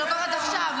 אני לוקחת מעכשיו,